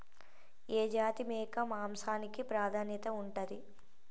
ఏ జాతి మేక మాంసానికి ప్రాధాన్యత ఉంటది?